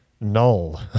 null